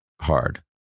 hard